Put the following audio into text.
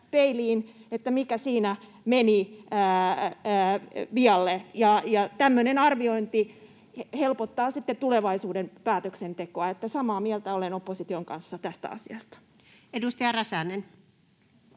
mikä siinä meni vialle. Tämmöinen arviointi helpottaa sitten tulevaisuuden päätöksentekoa, niin että samaa mieltä olen opposition kanssa tästä asiasta. [Speech